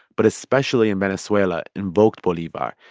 but especially in venezuela, invoked bolivar,